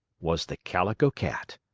was the calico cat.